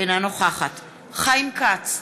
אינה נוכחת חיים כץ,